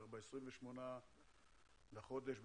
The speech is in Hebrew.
ב-28 בחודש,